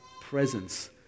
presence